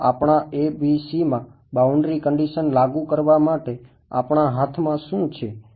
આપણા ABCમાં boundary condition લાગુ કરવામાટે આપણા હાથમાં શું છે